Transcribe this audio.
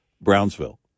brownsville